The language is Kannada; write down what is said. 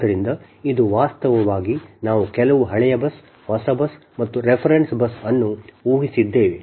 ಆದ್ದರಿಂದ ಇದು ವಾಸ್ತವವಾಗಿ ನಾವು ಕೆಲವು ಹಳೆಯ ಬಸ್ ಹೊಸ ಬಸ್ ಮತ್ತು ರೆಫರೆನ್ಸ್ ಬಸ್ ಅನ್ನು ಊಹಿಸಿದ್ದೇವೆ